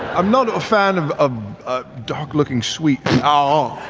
i'm not a fan of of ah dark-looking sweet and ah